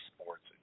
Sports